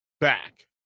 back